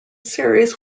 series